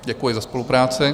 Děkuji za spolupráci.